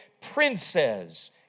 princes